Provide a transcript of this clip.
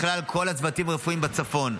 בכלל, כל הצוותים הרפואיים בצפון.